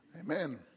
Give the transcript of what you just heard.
amen